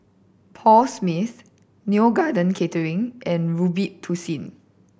Paul Smith Neo Garden Catering and Robitussin